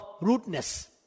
rudeness